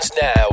now